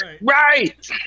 right